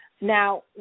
Now